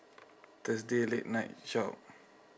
thursday late night shop